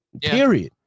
period